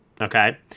okay